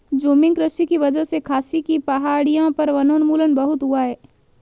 झूमिंग कृषि की वजह से खासी की पहाड़ियों पर वनोन्मूलन बहुत हुआ है